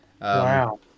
Wow